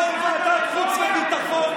יו"ר ועדת החוץ והביטחון,